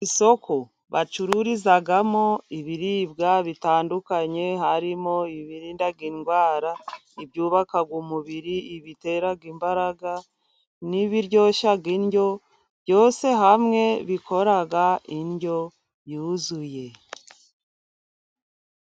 Isoko bacururizamo ibiribwa bitandukanye, harimo ibirinda indwara ibyubaka umubiri ibitera imbaraga n'ibiryoshya indyo, byose hamwe bikora indyo yuzuye.